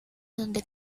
donde